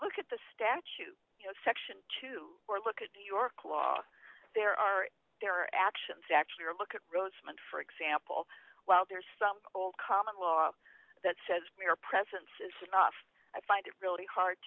look at the statue you know section two or look at new york law there are there actions actually or look at rosemond for example well there's some old common law that says mere presence is enough i find it really hard